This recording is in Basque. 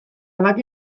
bake